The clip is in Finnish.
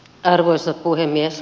arvoisa puhemies